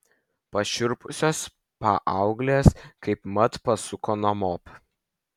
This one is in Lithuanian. pašiurpusios paauglės kaipmat pasuko namop